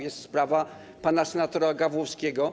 Jest sprawa pana senatora Gawłowskiego.